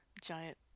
giant